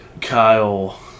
Kyle